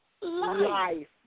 life